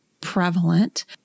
prevalent